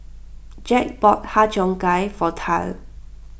Jack bought Har Cheong Gai for Tal